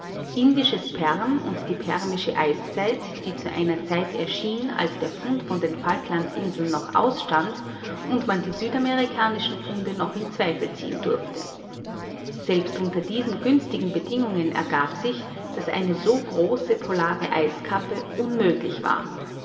indisches per und diem eiszeit die zu einer zeit erschien als der fund auf den falklandsinseln noch ausstand und man die südamerikanischen funde noch in zweifel ziehen durfte selbst unter diesen günstigen bedingungen ergab sich daß eine so große polare eiskappe unmöglich war